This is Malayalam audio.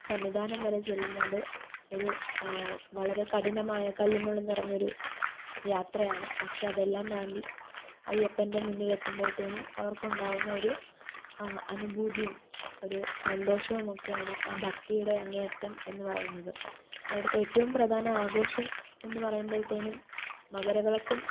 സന്നിധാനം വരെ ചെല്ലുന്നത് ഒരു വളരെ കഠിനമായ കല്ലും മുള്ളും നിറഞ്ഞൊരു യാത്രയാണ് പക്ഷേ അതെല്ലാം താണ്ടി അയ്യപ്പൻ്റെ മുന്നിൽ എത്തുമ്പോഴത്തേനും അവർക്ക് ഉണ്ടാകുന്ന ഒരു അനുഭൂതിയും ഒരു സന്തോഷവും ഒക്കെയാണ് ആ ഭക്തിയുടെ അങ്ങേയറ്റം എന്നു പറയുന്നത് പിന്നെ അവിടുത്തെ ഏറ്റവും പ്രധാന ആഘോഷം എന്ന് പറയുമ്പോഴത്തേനും മകരവിളക്കും